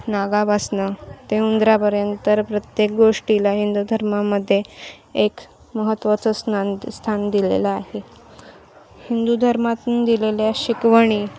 नागापासून ते उंदरापर्यंत प्रत्येक गोष्टीला हिंदू धर्मामध्ये एक महत्त्वाचं स्ना स्थान दिलेलं आहे हिंदू धर्मातून दिलेल्या शिकवणी